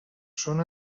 son